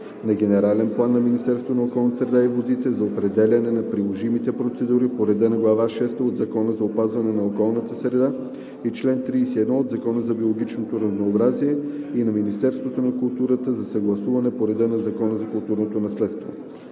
на генерален план на Министерството на околната среда и водите за определяне на приложимите процедури по реда на глава шеста от Закона за опазване на околната среда и чл. 31 от Закона за биологичното разнообразие и на Министерството на културата за съгласуване по реда на Закона за културното наследство.“